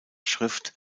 schrift